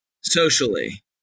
socially